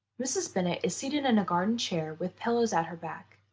mrs. bennet is seated in a garden chair with pillows at her back.